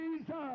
Jesus